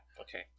okay